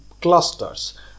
clusters